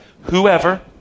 Whoever